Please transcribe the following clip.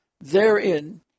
therein